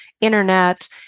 internet